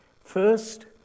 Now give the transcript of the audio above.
First